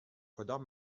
کدام